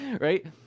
Right